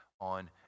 on